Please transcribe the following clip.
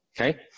okay